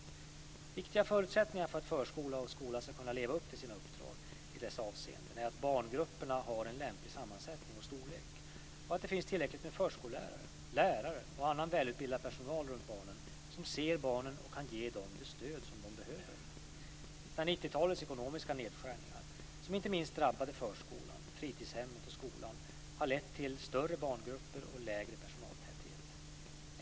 Viktiga förutsättningar för att förskola och skola ska kunna leva upp till sina uppdrag i dessa avseenden är att barngrupperna har en lämplig sammansättning och storlek och att det finns tillräckligt med förskollärare, lärare och annan välutbildad personal runt barnen som ser barnen och kan ge dem det stöd de behöver. 1990-talets ekonomiska nedskärningar, som inte minst drabbade förskolan, fritidshemmet och skolan, har lett till större barngrupper och lägre personaltäthet.